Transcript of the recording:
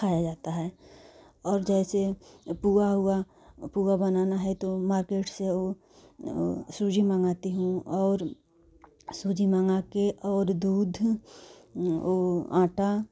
खाया जाता है और जैसे पोहा हुआ पोहा बनाना है तो मार्केट से सूजी मंगाती हूँ और सूजी मंगा के और दूध आटा